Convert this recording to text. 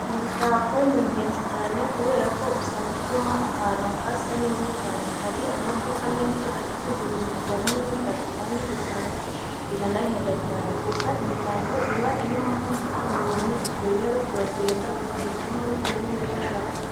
Imitako ni ingenzi cyane kubera ko usanga ituma ahantu hasa neza cyane. Hari amaduka menshi acuruza ibintu bijyanye n'imitako kandi ugasanga iranahenda cyane. Gusa imitako iba irimo amoko atandukanye, ubwo rero uragenda ugahitamo bitewe n'iyo ushaka.